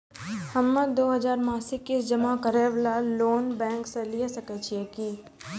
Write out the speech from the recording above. हम्मय दो हजार मासिक किस्त जमा करे वाला लोन बैंक से लिये सकय छियै की?